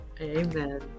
amen